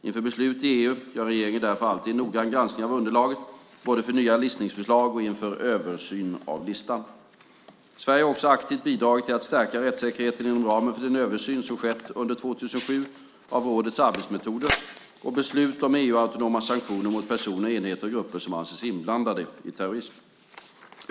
Inför beslut i EU gör regeringen därför alltid en noggrann granskning av underlaget, både för nya listningsförslag och inför översyn av listan. Sverige har också aktivt bidragit till att stärka rättssäkerheten inom ramen för den översyn som skett under 2007 av rådets arbetsmetoder och beslut om EU-autonoma sanktioner mot personer, enheter och grupper som anses inblandade i terrorism.